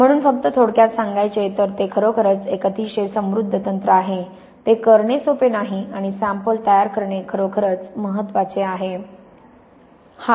म्हणून फक्त थोडक्यात सांगायचे तर ते खरोखरच एक अतिशय समृद्ध तंत्र आहे ते करणे सोपे नाही आणि सॅम्पल तयार करणे खरोखरच महत्त्वाचे आहे